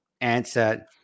answer –